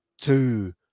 two